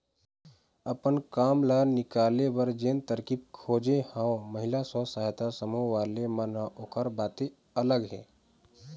अपन काम ल निकाले बर जेन तरकीब खोजे हवय महिला स्व सहायता समूह वाले मन ह ओखर बाते अलग हे